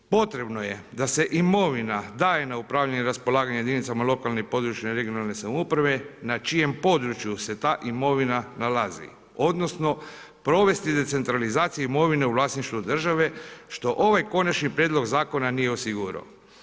Potrebno je da se imovina daje na upravljanje i raspolaganje jedinicama lokalne i područne (regionalne) samouprave na čijem području se ta imovina nalazi odnosno provesti decentralizaciju imovine u vlasništvu države što ovaj konačni prijedlog zakona nije osigurao.